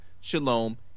shalom